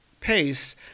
pace